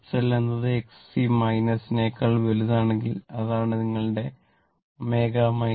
XL എന്നത് XC നേക്കാൾ വലുതാണെങ്കിൽ അതാണ് നിങ്ങളുടെ I